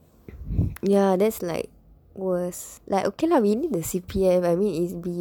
ya that's like worse like okay lah when the C_P_F I mean is